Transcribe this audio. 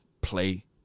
play